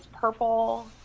purple